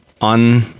on